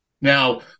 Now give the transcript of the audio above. now